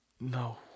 No